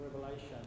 Revelation